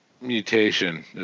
mutation